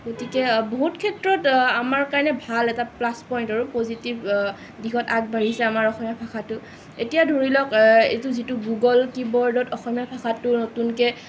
গতিকে বহুত ক্ষেত্ৰত আমাৰ কাৰণে ভাল এটা প্লাছ পইণ্ট আৰু পজিটিভ দিশত আগবাঢ়িছে আমাৰ অসমীয়া ভাষাটো এতিয়া ধৰিলওক এইটো যিটো গুগ'ল কীবৰ্ডত অসমীয়া ভাষাটো নতুনকৈ